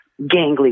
gangly